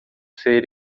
ser